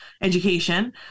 education